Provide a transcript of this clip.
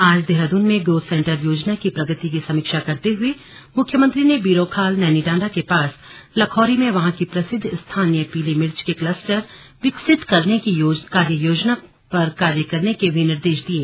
आज देहरादून में growth centre योजना की प्रगति की समीक्षा करते हुए मुख्यमंत्री ने बीरोखाल नैनीडांडा के पास लखौरी में वहां की प्रसिद्व स्थानीय पीली मिर्च के कलस्टर विकसित करने की कार्ययोजना पर कार्य करने के भी निर्देश दिये